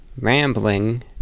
rambling